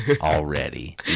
already